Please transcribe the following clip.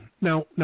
now